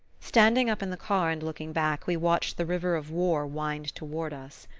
standing up in the car and looking back, we watched the river of war wind toward us.